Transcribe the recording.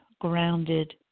grounded